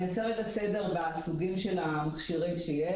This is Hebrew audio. אני אעשה רגע סדר בסוגי המכשירים שיש.